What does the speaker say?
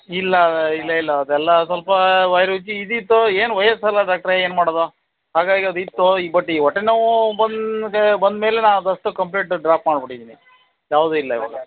ಇಲ್ಲ ಇಲ್ಲ ಇಲ್ಲ ಅದೆಲ್ಲ ಸ್ವಲ್ಪ ಬಾಯಿ ರುಚಿ ಇದ್ದಿತ್ತು ಏನು ವಯಸ್ಸಲ್ಲ ಡಾಕ್ಟ್ರೆ ಏನು ಮಾಡೋದು ಹಾಗಾಗಿ ಅದಿತ್ತು ಬಟ್ ಈಗ ಹೊಟ್ಟೆನೋವು ಬಂದು ಬಂದಮೇಲೆ ನಾನು ಅದಷ್ಟು ಕಂಪ್ಲೀಟ್ ಡ್ರಾಪ್ ಮಾಡಿಬಿಟ್ಟಿದ್ದೀನಿ ಯಾವುದೂ ಇಲ್ಲ ಈವಾಗ